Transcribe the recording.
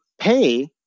pay